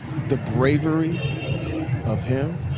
the bravery of him,